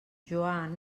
joan